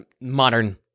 modern